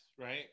right